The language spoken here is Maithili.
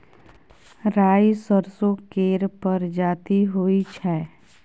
राई सरसो केर परजाती होई छै